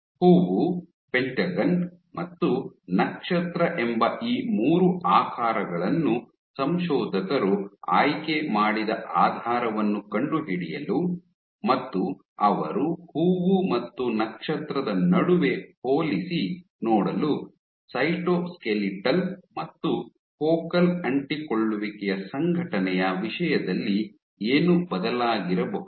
ಹೂವು ಪೆಂಟಗನ್ ಮತ್ತು ನಕ್ಷತ್ರ ಎಂಬ ಈ ಮೂರು ಆಕಾರಗಳನ್ನು ಸಂಶೋಧಕರು ಆಯ್ಕೆ ಮಾಡಿದ ಆಧಾರವನ್ನು ಕಂಡುಹಿಡಿಯಲು ಮತ್ತು ಅವರು ಹೂವು ಮತ್ತು ನಕ್ಷತ್ರದ ನಡುವೆ ಹೋಲಿಸಿ ನೋಡಲು ಸೈಟೋಸ್ಕೆಲಿಟಲ್ ಮತ್ತು ಫೋಕಲ್ ಅಂಟಿಕೊಳ್ಳುವಿಕೆಯ ಸಂಘಟನೆಯ ವಿಷಯದಲ್ಲಿ ಏನು ಬದಲಾಗಿರಬಹುದು